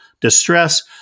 distress